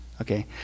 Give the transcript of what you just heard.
Okay